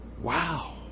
Wow